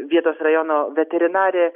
vietos rajono veterinarė